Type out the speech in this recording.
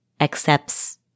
accepts